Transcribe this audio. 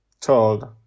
Told